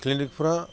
क्लिनिकफ्रा